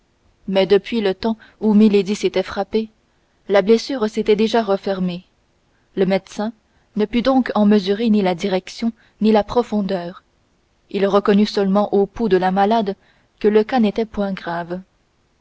mais depuis le temps où milady s'était frappée la blessure s'était déjà refermée le médecin ne put donc en mesurer ni la direction ni la profondeur il reconnut seulement au pouls de la malade que le cas n'était point grave